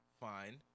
Fine